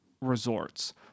resorts